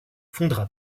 fondera